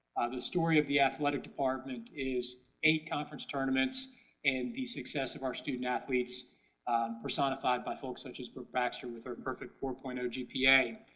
the story of the athletic department is eight conference tournaments and the success of our student athletes personified by folks such as brooke baxter with our perfect four point zero gpa.